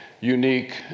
unique